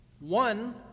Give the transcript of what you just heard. one